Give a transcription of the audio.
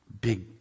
big